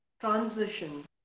transition